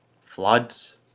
floods